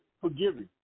forgiving